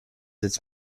its